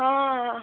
ହଁ